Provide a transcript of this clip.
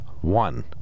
one